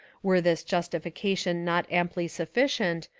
were this justification not amply suffi cient,